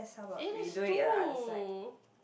it is too